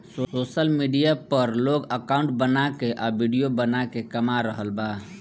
social media पर लोग account बना के आ विडिओ बना के कमा रहल बा